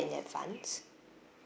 in advance